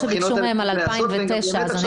הבחינות האלה צריכות להיעשות והן באמת נעשות עכשיו.